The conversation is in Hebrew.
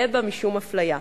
יהא בה משום אפליה.